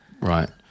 Right